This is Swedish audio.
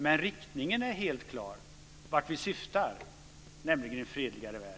Men riktningen - vartåt vi syftar - är helt klar, nämligen mot en fredligare värld.